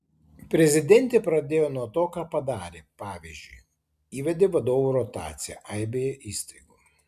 prezidentė pradėjo nuo to ką padarė pavyzdžiui įvedė vadovų rotaciją aibėje įstaigų